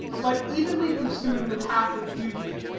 but evenly pursuing the path of duty,